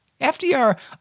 FDR